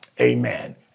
amen